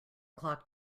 clock